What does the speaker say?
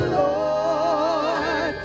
lord